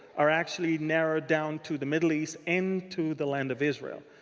are actually narrowed down to the middle east and to the land of israel.